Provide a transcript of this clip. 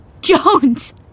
Jones